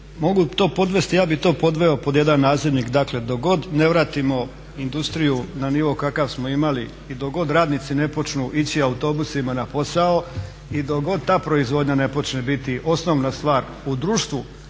Mogu to podvesti, ja bih to podveo pod jedan nazivnik, dakle dok god ne vratimo industriju na nivo kakav smo imali i dok god radnici ne počnu ići autobusima na posao i dok god ta proizvodnja ne počne biti osnovna stvar u društvu,